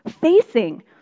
facing